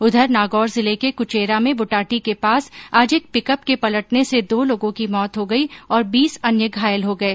उधर नागौर जिले के कुचेरा में बुटाटी के पास आज एक पिकअप के पलटने से दो लोगों की मौत हो गई और बीस अन्य घायल हो गये